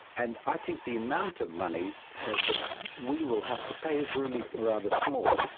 and i think the amount of money that we will have to pay is really rather small.